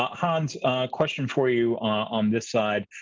hans, a question for you on this side.